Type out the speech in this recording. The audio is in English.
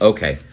Okay